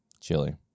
chili